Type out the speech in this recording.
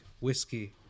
whiskey